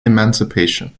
emancipation